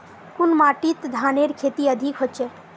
कुन माटित धानेर खेती अधिक होचे?